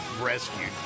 rescued